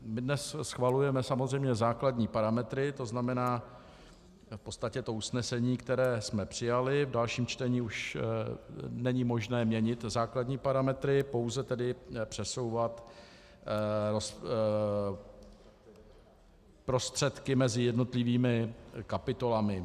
Dnes schvalujeme samozřejmě základní parametry, to znamená v podstatě usnesení, které jsme přijali, v dalším čtení už není možné měnit základní parametry, pouze tedy přesouvat prostředky mezi jednotlivými kapitolami.